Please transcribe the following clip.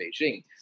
Beijing